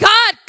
God